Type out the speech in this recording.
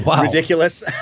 ridiculous